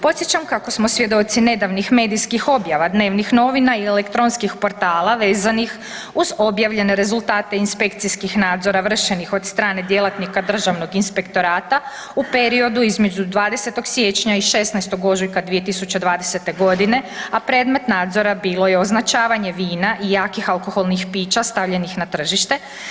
Podsjećam kako smo svjedoci nedavnih medijskih objava dnevnih novina i elektronskih portala vezanih uz objavljene rezultate inspekcijskih nadzora vršenih od strane djelatnika Državnog inspektorata u periodu između 20. siječnja i 16. ožujka 2020. g., a predmet nadzora bilo je označavanje vina i jakih alkoholnih pića stavljenih na tržište.